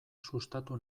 sustatu